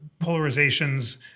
polarizations